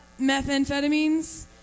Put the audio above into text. methamphetamines